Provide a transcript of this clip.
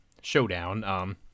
showdown